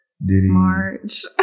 March